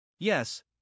Yes